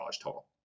total